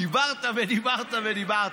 דיברת ודיברת ודיברת.